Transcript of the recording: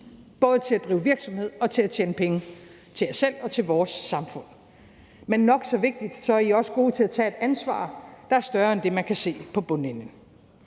både til at drive virksomhed og til at tjene penge til jer selv og til vores samfund, men nok så vigtigt er I også gode til at tage et ansvar, der er større end det, man kan se på bundlinjen.